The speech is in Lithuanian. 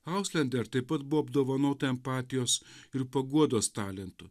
hauslender taip pat buvo apdovanota empatijos ir paguodos talentu